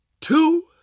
two